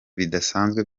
bidasanzwe